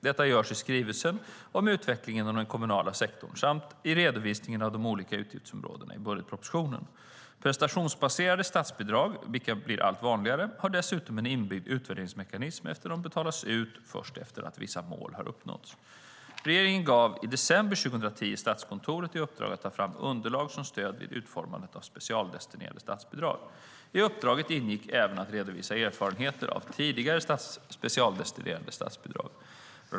Detta görs i skrivelsen om utvecklingen inom den kommunala sektorn samt i redovisningen av de olika utgiftsområdena i budgetpropositionen. Prestationsbaserade statsbidrag, vilka blir allt vanligare, har dessutom en inbyggd utvärderingsmekanism eftersom de betalas ut först efter att vissa mål har uppnåtts. Regeringen gav i december 2010 Statskontoret i uppdrag att ta fram ett underlag som stöd vid utformandet av specialdestinerade statsbidrag. I uppdraget ingick även att redovisa erfarenheter av tidigare specialdestinerade statsbidrag.